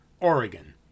Oregon